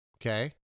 okay